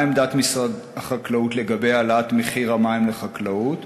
מה היא עמדת משרד החקלאות לגבי העלאת מחיר המים לחקלאות?